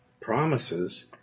promises